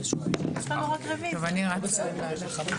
ננעלה בשעה